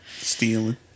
Stealing